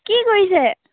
কি কৰিছে